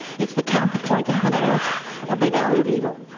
it's the counterpoint to hannah arendt's ah banality of evil.